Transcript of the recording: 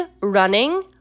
running